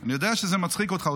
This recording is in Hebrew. אני יודע שזה מצחיק אותך.